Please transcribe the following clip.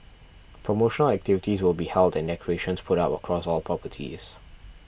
promotional activities will be held and decorations put up across all properties